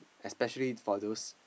especially for those